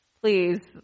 Please